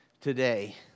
Today